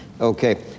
Okay